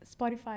Spotify